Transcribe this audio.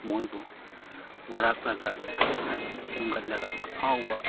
ꯃꯣꯏꯕꯨ ꯋꯥꯔꯛꯂꯒ ꯐꯖꯅ ꯁꯦꯝꯒꯠꯂꯒ ꯑꯐꯥꯎꯕ